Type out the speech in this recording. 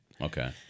Okay